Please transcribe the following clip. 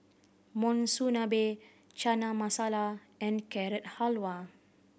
Monsunabe Chana Masala and Carrot Halwa